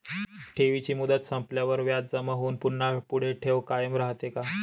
ठेवीची मुदत संपल्यावर व्याज जमा होऊन पुन्हा पुढे ठेव कायम राहते का?